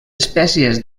espècies